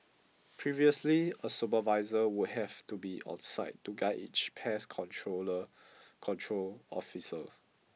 previously a supervisor would have to be on site to guide each pest controller control officer